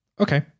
Okay